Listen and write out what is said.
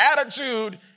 attitude